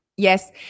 Yes